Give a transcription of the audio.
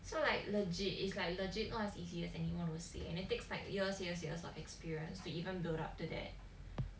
so like legit it's like legit not as easy as anyone will say and it takes like years years years of experience to even build up to that